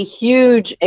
huge